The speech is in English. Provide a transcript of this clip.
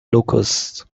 locusts